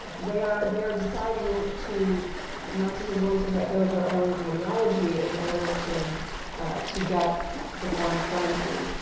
they are they are deciding to the nazis are willing to let go of their own ideology in order to to get the foreign currency.